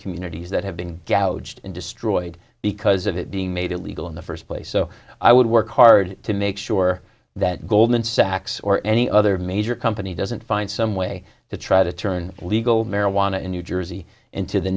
communities that have been destroyed because of it being made illegal in the first place so i would work hard to make sure that goldman sachs or any other major company doesn't find some way to try to turn legal marijuana in new jersey into the